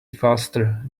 faster